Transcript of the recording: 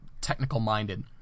technical-minded